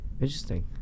Interesting